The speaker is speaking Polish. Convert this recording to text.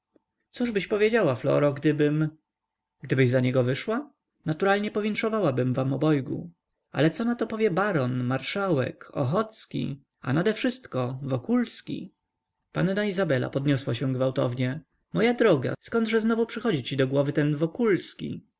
długów cóżbyś powiedziała floro gdybym gdybyś za niego wyszła naturalnie powinszowałabym wam obojgu ale co na to powie baron marszałek ochocki a nadewszystko wokulski panna izabela podniosła się gwałtownie moja droga zkądże znowu przychodzi ci do głowy ten wokulski